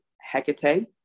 Hecate